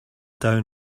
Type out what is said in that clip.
down